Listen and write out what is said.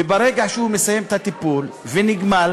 וברגע שהוא מסיים את הטיפול ונגמל